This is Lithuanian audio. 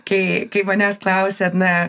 kai kai manęs klausia na